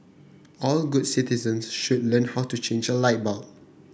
all good citizens should learn how to change a light bulb